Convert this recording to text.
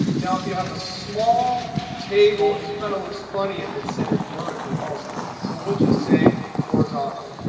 now, if you have a small table, it kind of looks funny if it's centered vertically also. so we'll just say, horizontal.